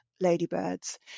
ladybirds